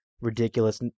ridiculous